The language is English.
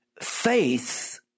faith